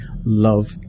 love